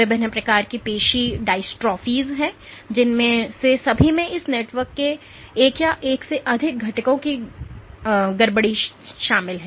विभिन्न प्रकार की पेशी dystrophies हैं जिनमें से सभी में इस नेटवर्क के एक या एक से अधिक घटकों की गड़बड़ी शामिल है